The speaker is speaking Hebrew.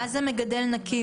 מה זה מגדל נקי?